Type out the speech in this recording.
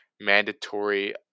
mandatory